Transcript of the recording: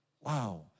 Wow